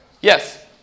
Yes